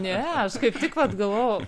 ne aš kaip tik vat galvoju